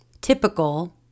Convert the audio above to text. typical